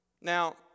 Now